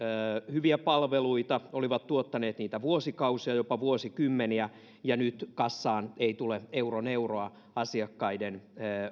hyviä palveluita olivat tuottaneet niitä vuosikausia jopa vuosikymmeniä ja nyt kassaan ei tule euron euroa asiakkaiden